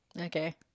Okay